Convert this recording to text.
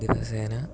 ദിവസേന